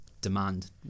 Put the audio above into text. demand